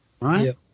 Right